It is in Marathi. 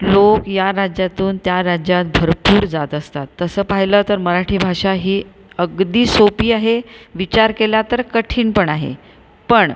लोक या राज्यातून त्या राज्यात भरपूर जात असतात तसं पाहिलं तर मराठी भाषा ही अगदी सोपी आहे विचार केला तर कठीण पण आहे पण